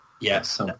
Yes